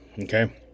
okay